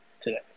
today